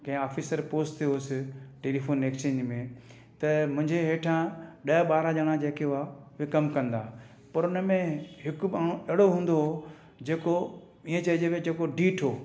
कंहिं officer post थियुसि telephone exchange में त मुंहिंजे हेठां ॾह ॿारहं ॼणा जेके हुआ उहे कमु कंदा पर उन में हिकु माण्हू अहिड़ो हूंदो हुओ जेको ईअं चईजे में जेको डीठ हुओ